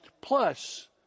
plus